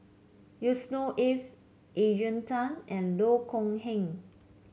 Yusnor Ef Adrian Tan and Loh Kok Heng